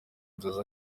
inzozi